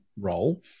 role